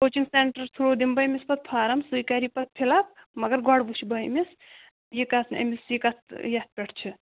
coaching centre through دِمہٕ بہٕ أمِس پَتہٕ فارم سُے کَرِ یہِ پَتہٕ فِل اَپ مگر گۄڈٕ وُچھِ بہٕ أمِس یہِ کَتھ أمِس یہِ کَتھ یَتھ پٮ۪ٹھ چھِ